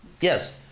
Yes